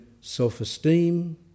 self-esteem